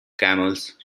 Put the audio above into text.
camels